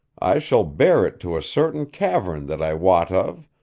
i shall bear it to a certain cavern that i wot of,